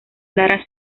lara